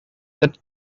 that